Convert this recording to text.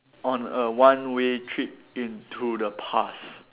on a one way trip into the past